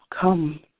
Come